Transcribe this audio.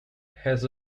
has